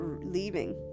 leaving